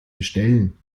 bestellen